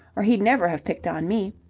or he'd never have picked on me.